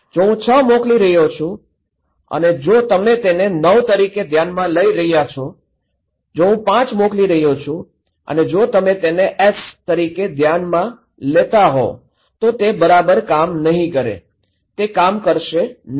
જો હું ૬ મોકલી રહ્યો છું અને જો તમે તેને ૯ તરીકે ધ્યાનમાં લઈ રહ્યા છો જો હું ૫ મોકલી રહ્યો છું અને જો તમે તેને એસ તરીકે ધ્યાનમાં લેતા હોવ તો તે બરાબર કામ નહીં કરે તે કામ કરશે નહીં